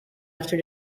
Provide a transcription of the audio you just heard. after